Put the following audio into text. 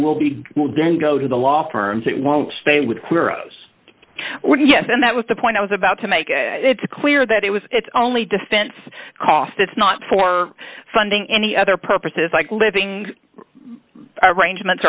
will be will then go to the law firms that won't stay with quiroz would yes and that was the point i was about to make its clear that it was only defense cost it's not for funding any other purposes like living arrangement